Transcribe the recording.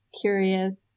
curious